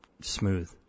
smooth